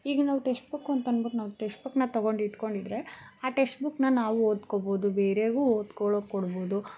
ಈಗ ನಾವು text book ಒಂದು ತಂದ್ಬಿಟ್ಟು ನಾವು ಟೆಕ್ಸ್ಟ್ ಬುಕ್ಕನ್ನ ತಗೊಂಡು ಇಟ್ಕೊಂಡಿದ್ರೆ ಆ ಟೆಕ್ಸ್ಟ್ ಬುಕ್ಕನ್ನ ನಾವು ಓದ್ಕೊಬೋದು ಬೇರೆಗು ಓದ್ಕೊಳ್ಳೊಕ್ಕೆ ಕೊಡ್ಬೋದು